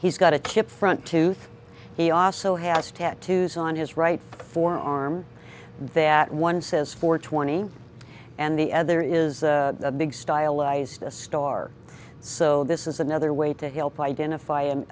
he's got a kip front tooth he also has tattoos on his right forearm that one says for twenty and the other is a big stylized a star so this is another way to help identify and